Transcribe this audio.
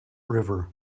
river